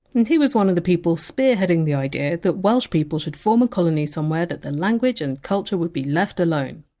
and he was one of the people spearheading the idea that welsh people should form a colony somewhere that the language and culture would be left alone.